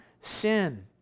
sin